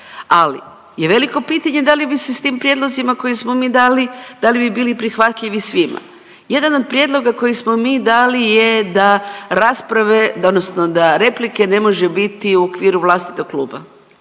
Ali je veliko pitanje da li bi se s tim prijedlozima koji smo mi dali, da li bi bili prihvatljivi svima. Jedan od prijedloga koji smo mi dali je da rasprave odnosno da replike ne može biti u okviru vlastitog kluba.